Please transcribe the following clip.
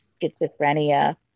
schizophrenia